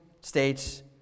states